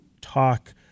talk